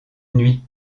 nuit